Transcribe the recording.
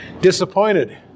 disappointed